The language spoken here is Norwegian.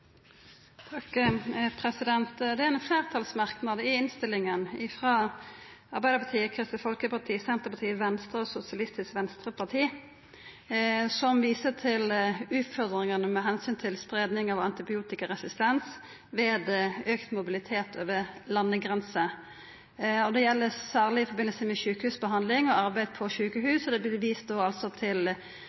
innstillinga frå Arbeidarpartiet, Kristeleg Folkeparti, Senterpartiet, Venstre og Sosialistisk Venstreparti som viser til utfordringane med spreiing av antibiotikaresistens ved auka mobilitet over landegrenser. Det gjeld særleg i samband med sjukehusbehandling og arbeid på sjukehus, og dei viser til det